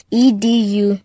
edu